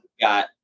got